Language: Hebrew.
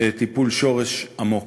טיפול שורש עמוק.